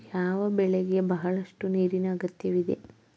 ಯಾವ ಬೆಳೆಗೆ ಬಹಳಷ್ಟು ನೀರಿನ ಅಗತ್ಯವಿದೆ?